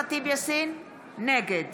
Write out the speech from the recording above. נגד